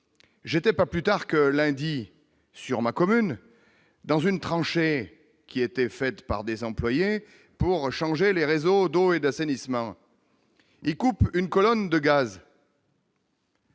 j'étais pas plus tard que lundi sur ma commune dans une tranchée, qui étaient faites par des employées pour changer les réseaux d'eau et d'assainissement, une colonne de gaz.